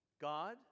God